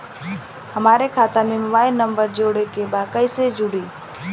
हमारे खाता मे मोबाइल नम्बर जोड़े के बा कैसे जुड़ी?